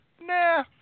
nah